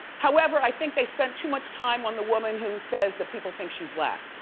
however, i think they spent too much time on the woman who says that people think she's black.